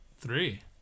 three